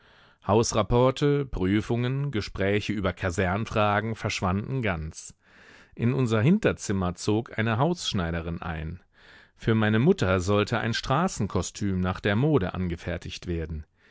hausrapporte prüfungen gespräche über kasernfragen verschwanden ganz in unser hinterzimmer zog eine hausschneiderin ein für meine mutter sollte ein straßenkostüm nach der mode angefertigt werden